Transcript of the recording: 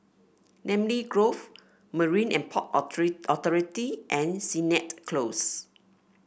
Namly Grove Marine And Port Authority and Sennett Close